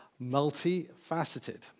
multifaceted